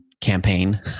campaign